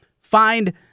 Find